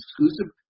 exclusive